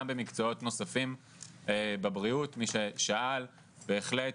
גם במקצועות נוספים בבריאות, למי ששאל, בהחלט